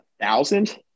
thousand